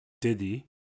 Diddy